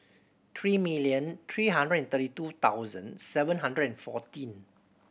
three million three hundred and thirty two thousand seven hundred and fourteen